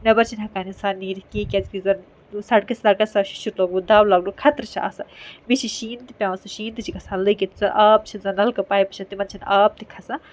neighbour چھِ نہٕ ہیٚکان انسان نِیرتھ کِہیٖنۍ کیازِ کہِ یُس زن سڑک سڑکَس چھُ شُشُر لوٚگُمت دَب لَگُن خطرٕ چھُ آسان بیٚیہِ چھِ شیٖن تہِ پیوان سُہ شیٖن تہِ گژھان لٔگِتھ زَن آب چھِ زَن نَلکہٕ پایپ چھِ تِمَن چھِ نہٕ آب تہِ کھَسان